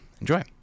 Enjoy